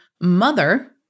Mother